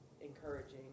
encouraging